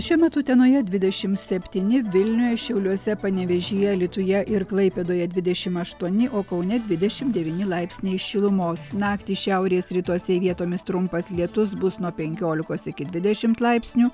šiuo metu utenoje dvidešim septyni vilniuje šiauliuose panevėžyje alytuje ir klaipėdoje dvidešim aštuoni o kaune dvidešim devyni laipsniai šilumos naktį šiaurės rytuose vietomis trumpas lietus bus nuo penkiolikos iki dvidešimt laipsnių